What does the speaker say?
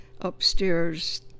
upstairs